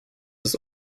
ist